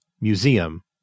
museum